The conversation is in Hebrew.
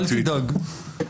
אל תדאג.